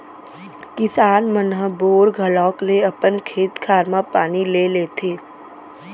किसान मन ह बोर घलौक ले अपन खेत खार म पानी ले लेथें